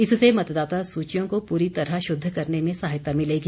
इससे मतदाता सूचियों को पूरी तरह शुद्ध करने में सहायता मिलेगी